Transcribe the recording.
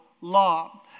law